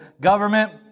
government